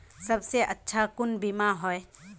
सबसे अच्छा कुन बिमा होय?